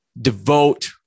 devote